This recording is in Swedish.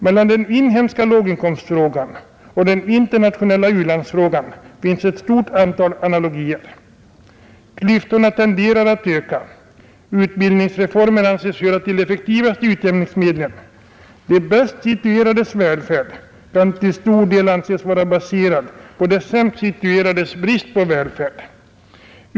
Mellan den inhemska låginkomstfrågan och den internationella u-landsfrågan finns ett stort antal analogier. Klyftorna tenderar att öka. Utbildningsreformen anses höra till de effektivaste utjämningsmedlen. De bäst situerades välfärd kan till stor del anses vara baserad på de sämst situerades brist på välfärd.